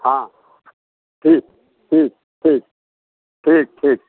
हँ ठीक ठीक ठीक ठीक ठीक